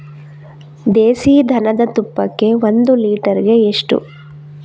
ದೇಸಿ ದನದ ತುಪ್ಪಕ್ಕೆ ಒಂದು ಲೀಟರ್ಗೆ ಎಷ್ಟು?